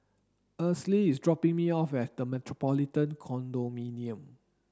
Esley is dropping me off at The Metropolitan Condominium